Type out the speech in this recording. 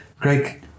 Craig